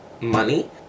money